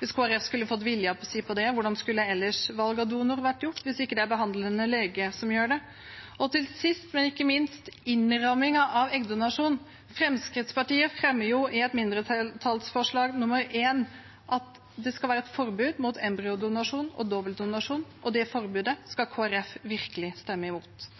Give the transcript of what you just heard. Hvis Kristelig Folkeparti skulle fått viljen sin på det, hvordan skulle ellers valg av donor vært gjort hvis det ikke er behandlende lege som gjør det? Og sist, men ikke minst til innrammingen av eggdonasjon: Fremskrittspartiet fremmer et mindretallsforslag, forslag nr. 1, om at det skal være et forbud mot embryodonasjon og dobbeltdonasjon, og det forbudet skal Kristelig Folkeparti virkelig stemme imot.